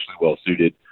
well-suited